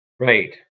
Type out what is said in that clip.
Right